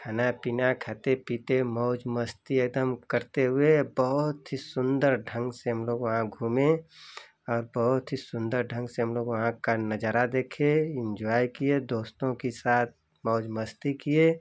खाना पीना खाते पीते मौज मस्ती एकदम करते हुए बहुत ही सुन्दर ढंग से हम लोग वहाँ घूमें और बहुत ही सुन्दर ढंग से हम लोग वहाँ का नजारा देखे इन्जॉय किए दोस्तों कि साथ मौज मस्ती किए